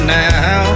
now